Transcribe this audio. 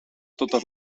totes